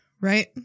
right